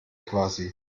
quasi